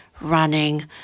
running